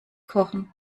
kochen